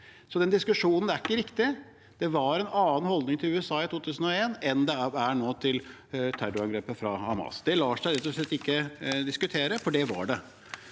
Så den diskusjonen er ikke riktig. Det var en annen holdning til USA i 2001 enn det er nå til terrorangrepet fra Hamas. Det lar seg rett og slett ikke diskutere, for det var det.